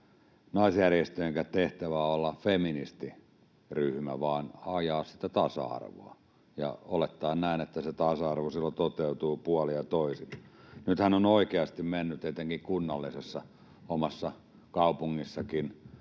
naisjärjestöjenkään tehtävä ole olla feministiryhmä vaan ajaa tasa-arvoa ja olettaen näin, että se tasa-arvo silloin toteutuu puolin ja toisin. Nythän on oikeasti mennyt etenkin kunnallisessa niin, omassa kaupungissakin,